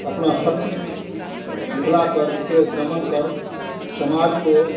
अपना शक्ति दिखा कर उसे दमन कर समाज को